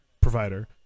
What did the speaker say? provider